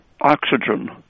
oxygen